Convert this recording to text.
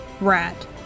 rat